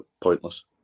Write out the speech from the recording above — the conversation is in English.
pointless